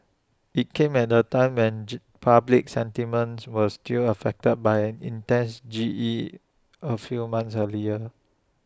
IT came at A time when public sentiments were still affected by an intense G E A few months earlier